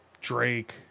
Drake